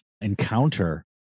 encounter